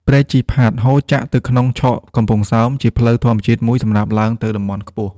ព្រែកជីផាត ហូរចាក់ទៅក្នុងឆកកំពង់សោម ជាផ្លូវធម្មជាតិមួយសម្រាប់ឡើងទៅតំបន់ខ្ពស់។